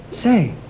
Say